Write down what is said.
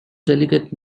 delegate